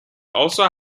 also